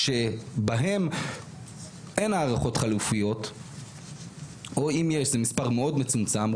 שבהם אין הערכות חלופיות או אם יש זה מספר מאוד מצומצם.